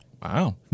Wow